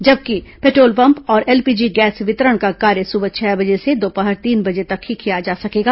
जबकि petrol pump और LPG gas वितरण का कार्य सुबह छह बजे से दोपहर तीन बजे तक ही किया जा सर्कगा